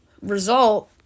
result